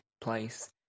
place